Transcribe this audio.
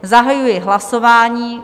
Zahajuji hlasování.